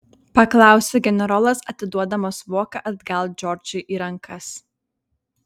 paklausė generolas atiduodamas voką atgal džordžui į rankas